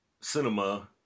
cinema